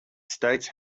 states